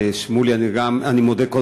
אני מודה,